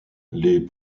les